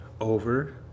over